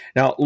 Now